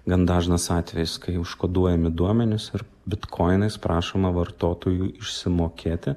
gan dažnas atvejis kai užkoduojami duomenys ir bitkoinais prašoma vartotojų išsimokėti